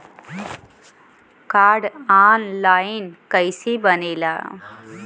Card online कइसे बनेला?